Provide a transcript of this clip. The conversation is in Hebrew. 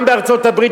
גם בארצות-הברית,